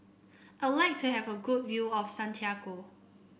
I would like to have a good view of Santiago